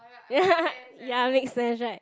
ya ya makes sense right